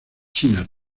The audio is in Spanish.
china